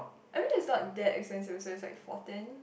I mean is not that expensive also is like fourteen